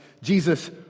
Jesus